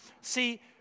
See